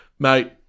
Mate